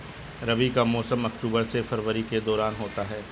रबी का मौसम अक्टूबर से फरवरी के दौरान होता है